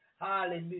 Hallelujah